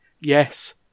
Yes